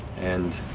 and